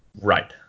Right